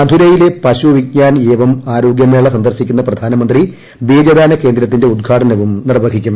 മഥുരയിലെ പശു പിഗ്യാൻ ഏവം ആരോഗ്യമേള സന്ദർശിക്കുന്ന പ്രധാനമന്ത്രി ബീജദാന കേന്ദ്രത്തിന്റെ ഉദ്ഘാടനവും നിർവ്വഹിക്കും